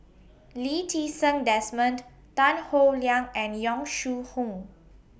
Lee Ti Seng Desmond Tan Howe Liang and Yong Shu Hoong